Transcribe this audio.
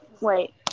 Wait